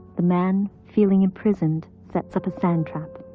the man, feeling imprisoned, sets up a sand trap.